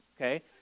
Okay